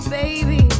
baby